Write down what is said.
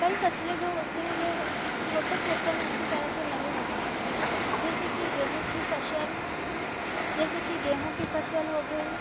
कई फसलें जो होती हैं वे छोटे खेतों में अच्छी तरह से नहीं हो पाती हैं जैसे कि गेहूँ की फसल जैसे कि गेहूँ की फसल हो गई